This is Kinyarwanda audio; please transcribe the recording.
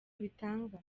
bitanga